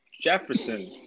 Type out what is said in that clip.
Jefferson